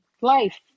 life